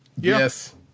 Yes